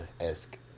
esque